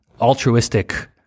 altruistic